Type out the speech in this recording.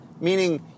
Meaning